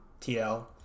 TL